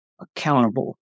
accountable